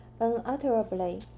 unutterably